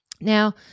Now